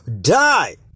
die